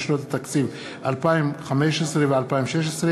התקבלה הודעת הממשלה לגבי דין רציפות על הצעת חוק זו.